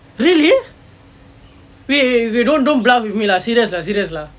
really eh eh eh don't don't bluff me lah serious lah serious lah